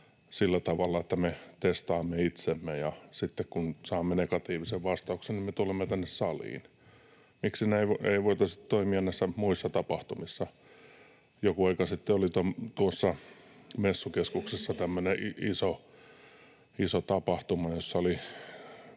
sillä tavalla, että me testaamme itsemme, ja sitten kun saamme negatiivisen vastauksen, niin me tulemme tänne saliin. Miksi näin ei voitaisi toimia näissä muissa tapahtumissa? Joku aika sitten oli tuossa Messukeskuksessa tämmöinen iso tapahtuma, jossa oli